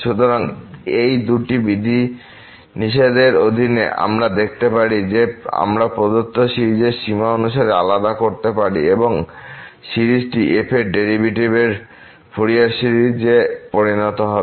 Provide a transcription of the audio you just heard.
সুতরাং এই দুটি বিধিনিষেধের অধীনে আমরা দেখাতে পারি যে আমরা প্রদত্ত সিরিজের সীমা অনুসারে আলাদা করতে পারি এবং নতুন সিরিজটি f এর ডেরিভেটিভের ফুরিয়ার সিরিজে পরিণত হবে